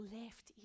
left